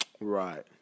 Right